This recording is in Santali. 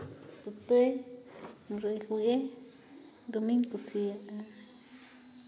ᱠᱚᱛᱮ ᱢᱩᱨᱟᱹᱭ ᱠᱚᱜᱮ ᱫᱚᱢᱮᱧ ᱠᱩᱥᱤᱭᱟᱜᱼᱟ